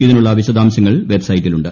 ഇതിനുള്ള വിശദാംശങ്ങൾ വെബ്സൈറ്റിലുണ്ട്